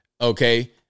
okay